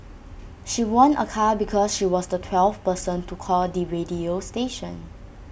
she won A car because she was the twelfth person to call the radio station